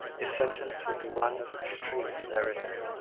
his sentence would be one of extreme severity,